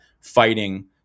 fighting